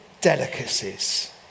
delicacies